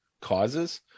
causes